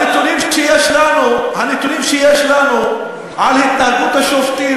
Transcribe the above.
הנתונים שיש לנו על התנהגות השופטים